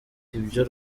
ibyo